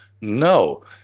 No